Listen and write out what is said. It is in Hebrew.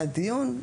היה דיון.